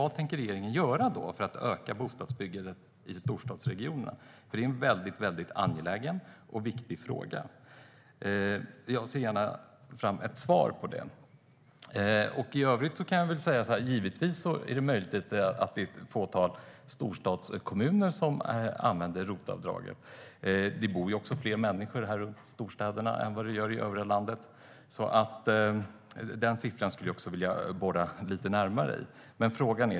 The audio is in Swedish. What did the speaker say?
Vad tänker regeringen göra för att öka bostadsbyggandet i storstadsregionerna? Det är en angelägen och viktig fråga. Jag ser fram emot ett svar på den frågan. Givetvis är det möjligt att det är ett fåtal storstadskommuner som använder ROT-avdraget. Det bor också fler människor i storstäderna än i övriga landet. Den siffran skulle jag också vilja borra lite närmare i.